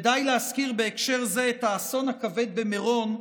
ודי להזכיר בהקשר זה את האסון הכבד במירון,